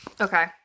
Okay